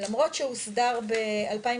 למרות שהוסדר ב- 2018,